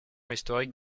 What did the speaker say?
historique